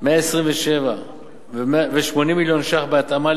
127 ו-80 מיליון שקלים בהתאמה,